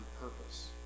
purpose